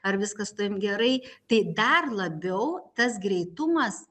ar viskas su tavim gerai tai dar labiau tas greitumas